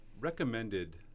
recommended